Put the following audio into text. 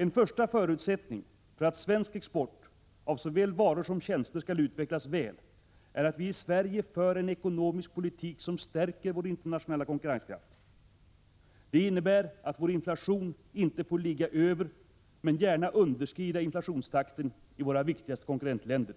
En första förutsättning för att svensk export av såväl varor som tjänster skall utvecklas väl är, att vi i Sverige för en ekonomisk politik som stärker vår internationella konkurrenskraft. Det innebär att vår inflation inte får ligga över, men gärna underskrida, inflationstakten i våra viktigaste konkurrentländer.